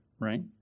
right